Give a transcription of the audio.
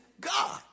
God